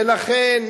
ולכן,